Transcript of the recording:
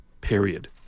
period